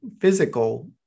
physical